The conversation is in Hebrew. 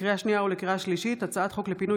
לקריאה שנייה ולקריאה שלישית: הצעת חוק לפינוי